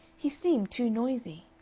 he seemed too noisy.